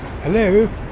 Hello